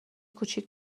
کوچیک